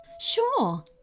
Sure